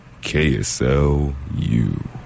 KSLU